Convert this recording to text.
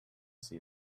see